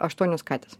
aštuonios katės